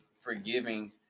forgiving